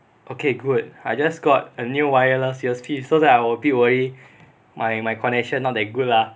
okay good I just got a new wireless earpiece so that I a bit worried my connection not that good lah